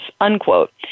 unquote